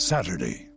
Saturday